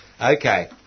Okay